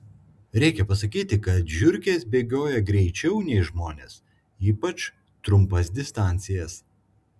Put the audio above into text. reikia pasakyti kad žiurkės bėgioja greičiau nei žmonės ypač trumpas distancijas